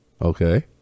Okay